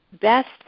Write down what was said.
best